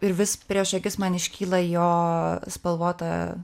ir vis prieš akis man iškyla jo spalvota